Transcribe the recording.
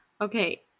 Okay